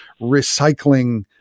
recycling